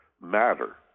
matter